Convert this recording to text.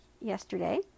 yesterday